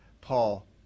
Paul